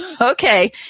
Okay